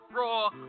raw